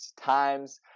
times